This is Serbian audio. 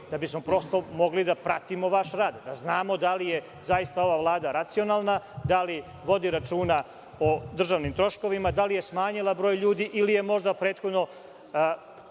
da bismo prosto mogli da pratimo vaš rad, da znamo da li je zaista ova Vlada racionalna, da li vodi računa o državnim troškovima, da li je smanjila broj ljudi ili je možda prethodno